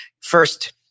first